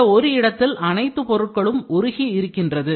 இந்த ஒரு இடத்தில் அனைத்து பொருட்களும் உருகி இருக்கின்றது